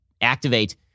activate